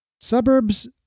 Suburbs